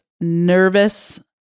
nervous